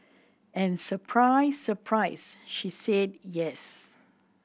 and surprise surprise she said yes